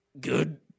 good